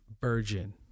virgin